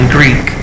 Greek